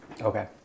Okay